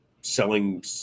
selling